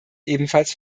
ebenfalls